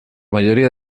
mayoría